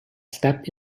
stepped